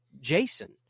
Jason